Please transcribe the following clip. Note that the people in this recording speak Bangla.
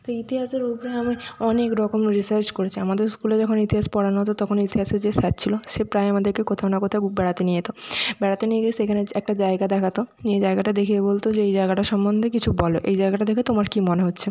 তো ইতিহাসের উপরে আমি অনেক রকম রিসার্চ করেছি আমাদের স্কুলে যখন ইতিহাস পড়ানো হতো তখন ইতিহাসে যে স্যার ছিলো সে প্রায় আমাদেরকে কোথাও না কোথাও বেড়াতে নিয়ে যেটো বেড়াতে নিয়ে গিয়ে সেখানে একটা জায়গা দেখাতো সেই জায়গায়াটা দেখে বলতো যে এই জায়গাটা সম্বন্ধে কিছু বলো এই জায়গাটা দেখে তোমার কী মনে হচ্ছে